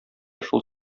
шул